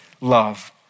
love